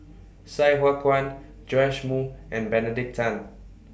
Sai Hua Kuan Joash Moo and Benedict Tan